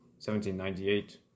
1798